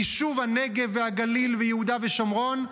יישוב הנגב והגליל ויהודה ושומרון,